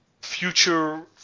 future